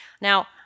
Now